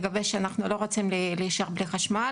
לגבי זה שאנחנו לא רוצים להישאר בלי חשמל,